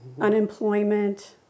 unemployment